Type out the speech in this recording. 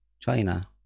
China